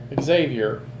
Xavier